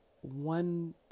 one